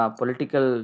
political